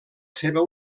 seva